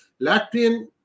Latvian